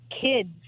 kids